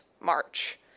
march